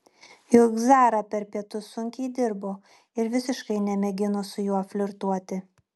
juk zara per pietus sunkiai dirbo ir visiškai nemėgino su juo flirtuoti